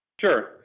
Sure